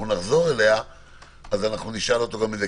ונחזור אליה - נשאל אותו גם על זה,